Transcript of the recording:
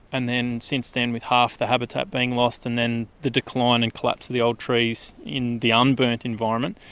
and then since then with half the habitat being lost and then the decline and collapse of the old trees in the unburnt environment,